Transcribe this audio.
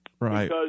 Right